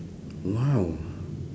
!wow!